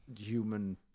human